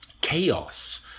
chaos